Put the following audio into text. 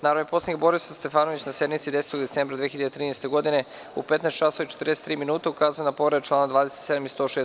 Narodni poslanik Borislav Stefanović, na sednici 10. decembra 2013. godine u 15 časova i 43 minuta ukazao je na povredu člana 27. i 106.